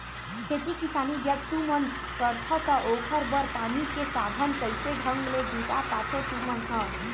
खेती किसानी जब तुमन करथव त ओखर बर पानी के साधन कइसे ढंग ले जुटा पाथो तुमन ह?